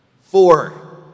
Four